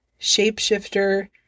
shapeshifter